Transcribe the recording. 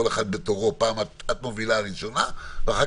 כל אחד בתורו פעם את מובילה ראשונה ואחר